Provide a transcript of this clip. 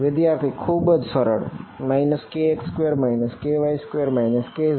વિદ્યાર્થી ખુબજ સરળ kx2 ky2 kz2